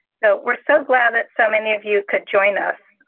so we're so glad that so many of you could join us.